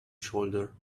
shoulder